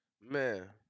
Man